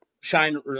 shine